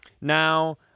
Now